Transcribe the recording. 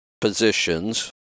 positions